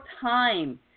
time